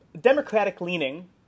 Democratic-leaning